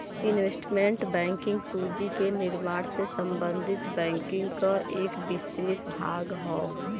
investment banking पूंजी के निर्माण से संबंधित बैंकिंग क एक विसेष भाग हौ